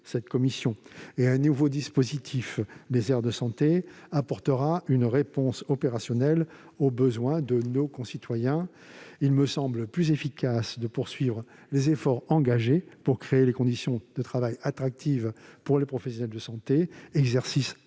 départementale, et d'un nouveau dispositif, les aires de santé, apportera une réponse opérationnelle aux besoins de nos concitoyens. Il me semble plus efficace de poursuivre les efforts engagés pour créer des conditions de travail attractives pour les professionnels de santé : exercices en